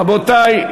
רבותי,